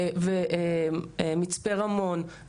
מצפה רמון,